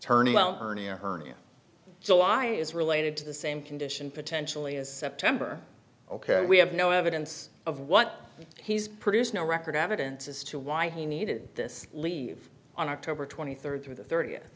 turning around earning a hernia so i is related to the same condition potentially as september ok we have no evidence of what he's produced no record evidence as to why he needed this leave on october twenty third through the thirtieth